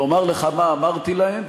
ואומר לך מה אמרתי להם,